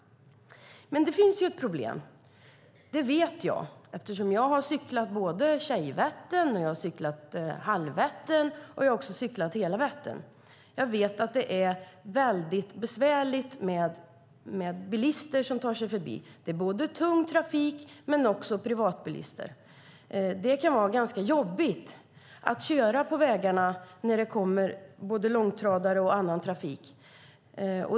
Det finns dock ett problem, och det vet jag eftersom jag har cyklat Tjejvättern, Halvvättern och hela Vätternrundan. Det är väldigt besvärligt med bilisterna som ska förbi, och det är både tung yrkestrafik och privatbilister. Det är jobbigt att cykla på vägarna när det kommer långtradare och annan trafik.